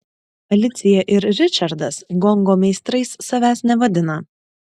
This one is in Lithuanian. alicija ir ričardas gongo meistrais savęs nevadina